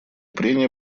прения